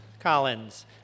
Collins